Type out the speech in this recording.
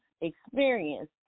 experience